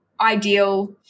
ideal